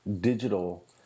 digital